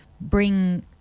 bring